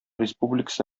республикасы